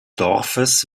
dorfes